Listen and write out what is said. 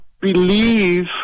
believe